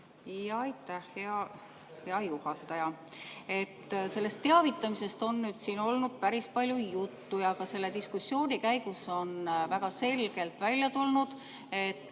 Aitäh, hea juhataja! Teavitamisest on nüüd siin päris palju juttu olnud ja ka selle diskussiooni käigus on väga selgelt välja tulnud, et